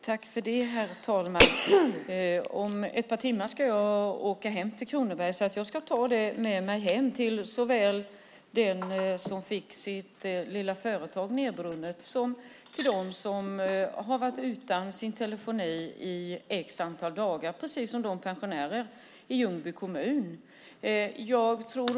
Herr talman! Om ett par timmar ska jag åka hem till Kronoberg. Jag ska ta detta med mig hem till den som fick sitt företag nedbrunnet såväl som till dem som har varit utan telefoni i ett antal dagar. Det gäller även pensionärerna i Ljungby kommun.